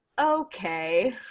okay